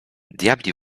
diabli